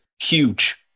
huge